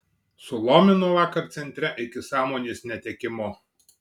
sulomino vakar centre iki sąmonės netekimo